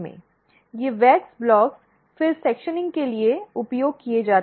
ये मोम ब्लॉक फिर सेक्शनिंग के लिए उपयोग किए जाते हैं